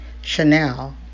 Chanel